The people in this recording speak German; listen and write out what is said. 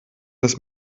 das